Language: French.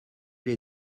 les